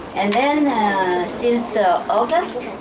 and then since so august,